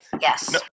Yes